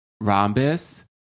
rhombus